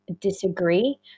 disagree